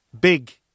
big